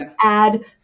add